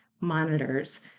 monitors